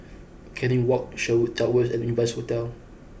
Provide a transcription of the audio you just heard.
Canning Walk Sherwood Towers and Evans Hostel